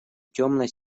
темно